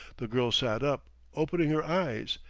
the girl sat up, opening her eyes,